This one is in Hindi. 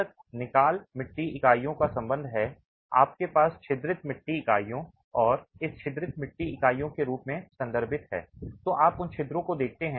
जहां तक निकाल मिट्टी इकाइयों का संबंध है आपके पास छिद्रित मिट्टी इकाइयों और इस छिद्रित मिट्टी इकाइयों के रूप में संदर्भित हैं तो आप उन छिद्रों को देखते हैं